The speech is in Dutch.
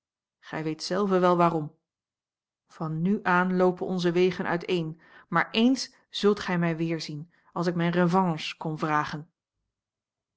gij weet zelve wel waarom van nu aan loopen onze wegen uiteen maar eens zult gij mij weerzien als ik mijne revanche kom vragen